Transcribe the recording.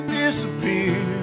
disappear